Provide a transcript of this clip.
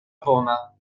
bona